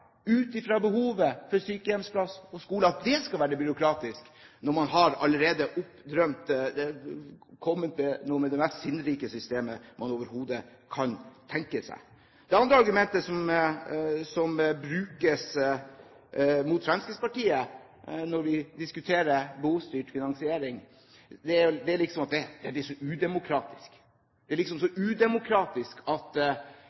ut fra behovet for sykehjemsplass og skole, for å være byråkratisk, når man allerede har kommet med noe av det mest sinnrike systemet man overhodet kan tenke seg. Det andre argumentet som brukes mot Fremskrittspartiet når vi diskuterer behovsstyrt finansiering, er at det er så udemokratisk – det er liksom så udemokratisk